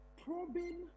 probing